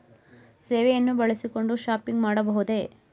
ಸೇವೆಯನ್ನು ಬಳಸಿಕೊಂಡು ಶಾಪಿಂಗ್ ಮಾಡಬಹುದೇ?